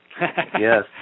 Yes